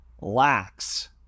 lacks